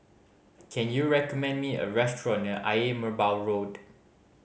can you recommend me a restaurant near Ayer Merbau Road